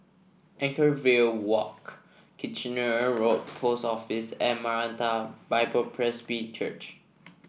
Anchorvale Walk Kitchener Road Post Office and Maranatha Bible Presby Church